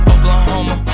Oklahoma